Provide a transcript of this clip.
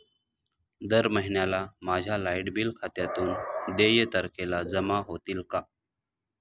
दर महिन्याला माझ्या लाइट बिल खात्यातून देय तारखेला जमा होतील का?